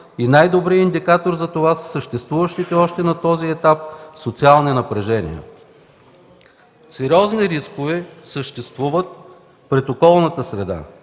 и най-добрият индикатор за това са съществуващите още на този етап социални напрежения. Сериозни рискове съществуват пред околната среда,